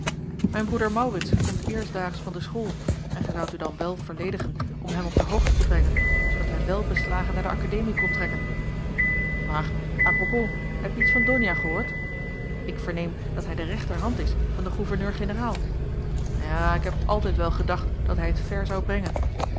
mijn broeder maurits komt eerstdaags van de school en gij zoudt u dan wel verledigen om hem op de hoogte te brengen zoodat hij welbeslagen naar de akademie kon trekken maar à propos hebje iets van donia gehoord ik verneem dat hij de rechterhand is van den gouverneur-generaal ja ik heb altijd wel gedacht dat hij het ver zou brengen